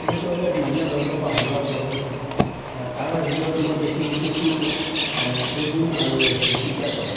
তেনেকুৱাকে বিভিন্ন ধৰণৰ পাহাৰোৱা গছ আছে তাৰে ভিতৰত মই বেছি চেচু চেগুন আৰু হেৰি তিতা চঁপ